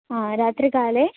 हा रात्रिकाले